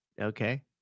Okay